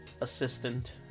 assistant